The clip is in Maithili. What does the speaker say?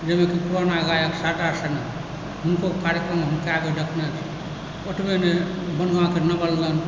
जाहिमे कि पुरना गायक शारदा सिन्हा हुनको कार्यक्रम हम कएक बेर देखने छी ओतबे नहि बनगाँवक नवल